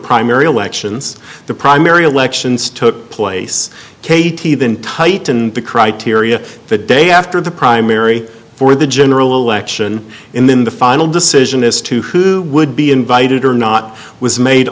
primary elections the primary elections took place k t then tightened the criteria the day after the primary for the general election in the final decision as to who would be invited or not was made